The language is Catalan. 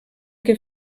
que